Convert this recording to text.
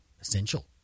essential